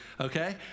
okay